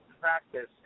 practice